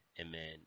Amen